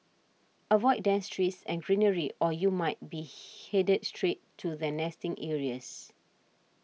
avoid dense trees and greenery or you might be headed straight to their nesting areas